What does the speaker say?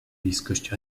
bliskość